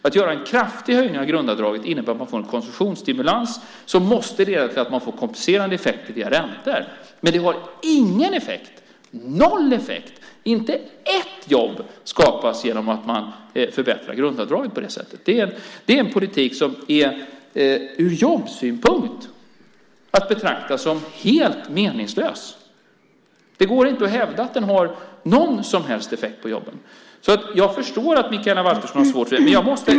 Att göra en kraftig höjning av grundavdraget innebär att man får en konsumtionsstimulans som måste leda till att man får kompenserande effekter via räntor, men det har ingen effekt - noll effekt. Inte ett jobb skapas genom att man förbättrar grundavdraget på det sättet. Det är en politik som ur jobbsynpunkt är att betrakta som helt meningslös. Det går inte att hävda att den har någon som helst effekt på jobben. Jag förstår att Mikaela Valtersson har svårt för detta.